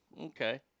Okay